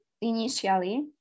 initially